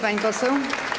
pani poseł.